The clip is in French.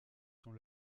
sont